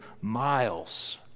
miles